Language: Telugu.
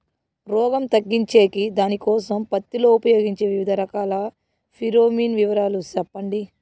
రోగం తగ్గించేకి దానికోసం పత్తి లో ఉపయోగించే వివిధ రకాల ఫిరోమిన్ వివరాలు సెప్పండి